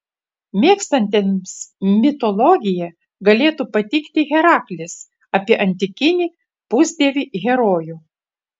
mėgstantiems mitologiją galėtų patikti heraklis apie antikinį pusdievį herojų